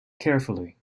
carefully